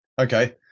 Okay